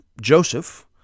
Joseph